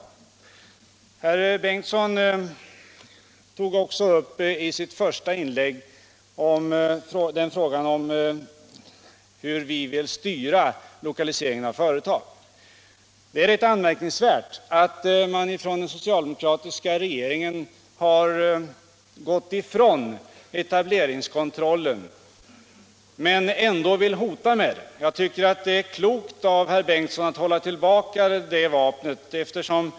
Herr Bengtsson tog i sitt första inlägg också upp frågan, hur vi vill styra lokaliseringen av företag. Det är anmärkningsvärt att den socialdemokratiska regeringen som gått ifrån etableringskontrollen ändå ville hota med den. Jag tycker att det är klokt av herr Bengtsson att hålla tillbaka det vapnet.